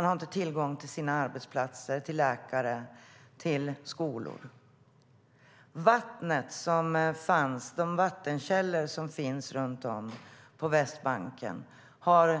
De har inte tillgång till arbetsplatser, läkare och skolor. Vid de vattenkällor som finns på Västbanken har